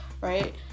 right